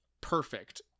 perfect